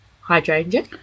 hydrangea